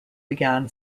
began